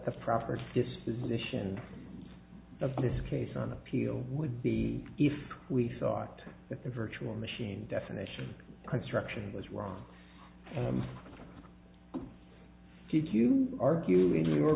the proper disposition of this case on appeal would be if we thought that the virtual machine definition construction was wrong did you argue in your